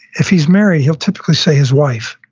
if he's married he'll typically say his wife.